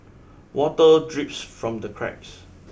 water drips from the cracks